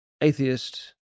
atheist